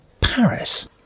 Paris